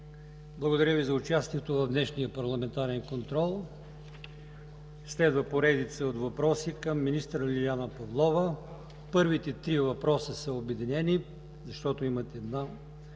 Благодаря Ви за участието в днешния парламентарен контрол. Следва поредица от въпроси към министър Лиляна Павлова. Първите три въпроса са обединени, защото имат една